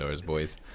boys